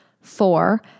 Four